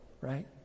right